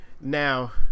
now